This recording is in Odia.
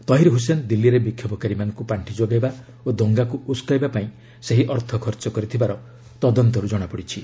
ତହିର ହୁସେନ ଦିଲ୍ଲୀରେ ବିକ୍ଷୋଭକାରୀମାନଙ୍କୁ ପାଣ୍ଡି ଯୋଗାଇବା ଓ ଦଙ୍ଗାକୁ ଉସକାଇବା ପାଇଁ ସେହି ଅର୍ଥ ଖର୍ଚ୍ଚ କରିଥିବାର ତଦନ୍ତରୁ କ୍ଷଣାପଡ଼ିଛି